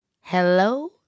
Hello